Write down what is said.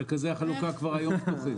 אבל מרכזי החלוקה כבר היום פתוחים.